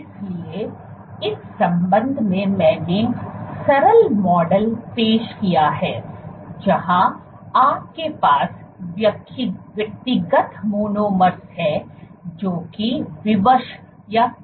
इसलिए इस संबंध में मैंने सरल मॉडल पेश किया है जहां आपके पास व्यक्तिगत मोनोमर्स हैं जो कि विवश है